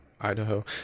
Idaho